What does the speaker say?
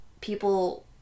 people